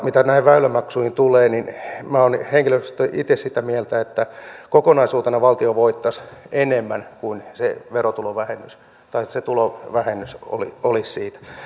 mitä näihin väylämaksuihin tulee olen henkilökohtaisesti itse sitä mieltä että kokonaisuutena valtio voittaisi enemmän kuin se tulon vähennys olisi siitä